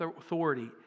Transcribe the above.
authority